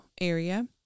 area